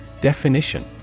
Definition